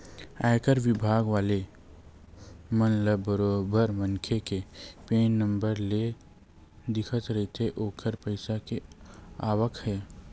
आयकर बिभाग वाले मन ल बरोबर मनखे के पेन नंबर ले दिखत रहिथे ओखर पइसा के आवक ह